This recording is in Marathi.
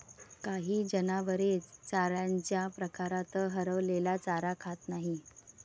काही जनावरे चाऱ्याच्या प्रकारात हरवलेला चारा खात नाहीत